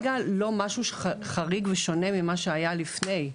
כרגע לא משהו חריג ושונה ממה שהיה לפני,